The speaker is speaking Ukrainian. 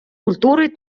культури